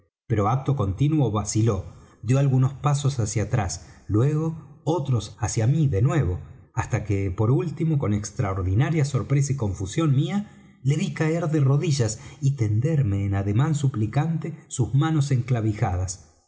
pero acto continuo vaciló dió algunos pasos hacia atrás luego otros hacia mí de nuevo hasta que por último con extraordinaria sorpresa y confusión mía le ví caer de rodillas y tenderme en ademán suplicante sus manos enclavijadas